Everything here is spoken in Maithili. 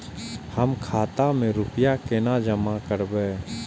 हम खाता में रूपया केना जमा करबे?